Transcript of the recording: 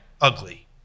ugly